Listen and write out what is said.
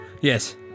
yes